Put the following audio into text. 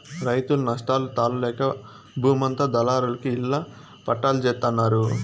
రైతులు నష్టాలు తాళలేక బూమంతా దళారులకి ఇళ్ళ పట్టాల్జేత్తన్నారు